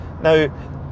Now